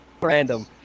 Random